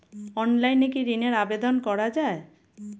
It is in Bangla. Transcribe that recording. অনলাইনে কি ঋণের আবেদন করা যায়?